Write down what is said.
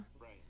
right